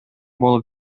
болуп